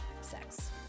sex